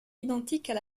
identiques